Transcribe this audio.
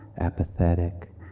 apathetic